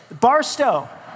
Barstow